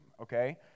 okay